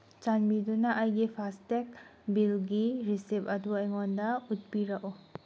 ꯆꯥꯟꯕꯤꯗꯨꯅ ꯑꯩꯒꯤ ꯐꯥꯁꯇꯦꯛ ꯕꯤꯜꯒꯤ ꯔꯤꯁꯤꯞ ꯑꯗꯨ ꯑꯩꯉꯣꯟꯗ ꯎꯠꯄꯤꯔꯛꯎ